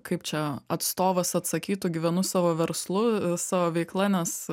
kaip čia atstovas atsakytų gyvenu savo verslu savo veikla nes